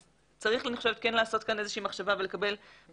אז צריך לעשות כאן מחשבה ולקבל מהמשרד